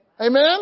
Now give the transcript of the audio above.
Amen